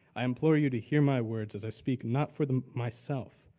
i implore you to hear my words as i speak not for the myself,